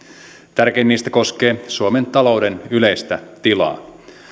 tärkein niistä koskee suomen talouden yleistä tilaa